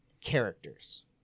characters